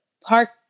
Park